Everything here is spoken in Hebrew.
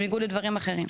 בניגוד לדברים אחרים.